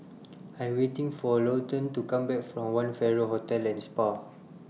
I Am waiting For Lawton to Come Back from one Farrer Hotel and Spa